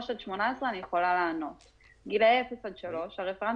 אני יכולה לענות על גילאי שלוש עד 18. הרפרנט